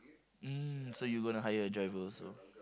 mm so you going to hire a driver also